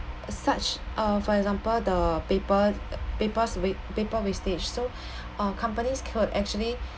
such uh for example the paper's paper's was~ paper wastage so uh companies could actually